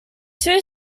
two